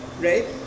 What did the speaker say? right